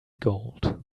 gold